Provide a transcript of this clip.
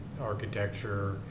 architecture